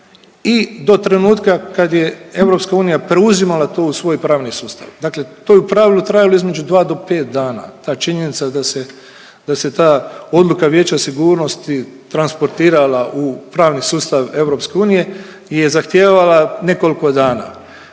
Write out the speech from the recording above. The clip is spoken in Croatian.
i do trenutka kad je Europska unija preuzimala to u svoj pravni sustav. Dakle to je u pravilu trajalo između 2 do 5 dana, ta činjenica da se, da se ta odluka Vijeća sigurnosti transportirala u pravni sustav Europske unije je zahtijevala nekoliko dana.